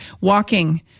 Walking